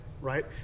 right